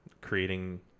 creating